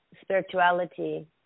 spirituality